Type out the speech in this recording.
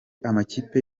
amakipe